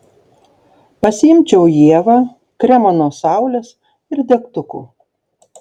pasiimčiau ievą kremo nuo saulės ir degtukų